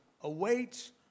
awaits